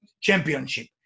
championship